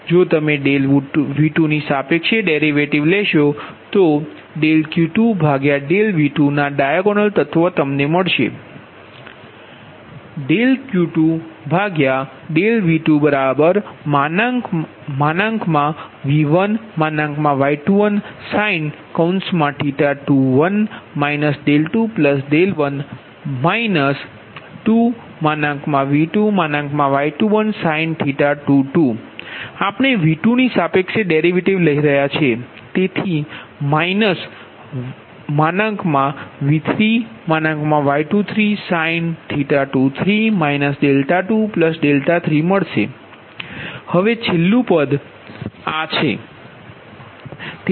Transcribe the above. જો તમે V2 ની સાપેક્ષે ડેરિવેટિવ લેશો તો Q2V2ના ડાયાગોનલ તત્વ તમને મળશે Q2V2બરાબર V1Y21sin⁡21 21બાદ 2V2Y21sin⁡ આપણે V2 ની સાપેક્ષે ડેરિવેટિવ લઈ રહ્યા છીએ તેથી માઈનસ V3Y23sin⁡23 23મળ્શે હવે છેલ્લુ પદ V4Y24sin⁡24 24આ છે